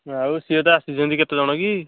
ଆଉ ସିଏ ତ ଆସିଛନ୍ତି କେତେ ଜଣ କି